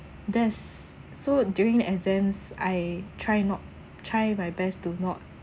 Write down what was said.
that's so during exams I try not try my best to not